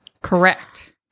Correct